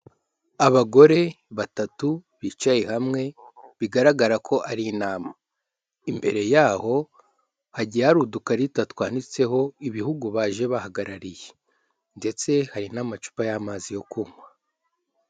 Abagore batatu bicaye hamwe, bigaragara ko ari inama. Imbere yaho hagiye hari udukarita twanditseho ibihugu baje bahagarariye ndetse hari n'amacupa y'amazi yo kunywa.